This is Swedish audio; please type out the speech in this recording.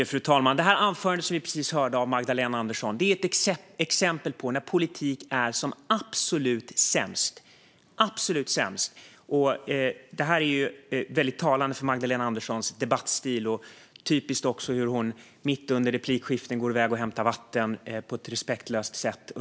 Fru talman! Det anförande som vi precis hörde av Magdalena Andersson är ett exempel på när politik är som absolut sämst. Detta är mycket talande för Magdalena Anderssons debattstil. Det är också typiskt att hon mitt i debatten går iväg och hämtar vatten på ett respektlöst sätt.